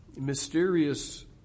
mysterious